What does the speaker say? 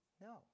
No